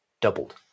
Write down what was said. doubled